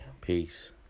Peace